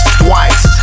twice